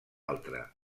altra